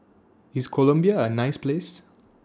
IS Colombia A nice Place